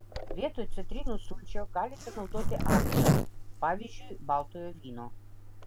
vietoj citrinų sulčių galite naudoti actą pavyzdžiui baltojo vyno